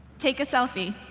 take a selfie.